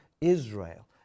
Israel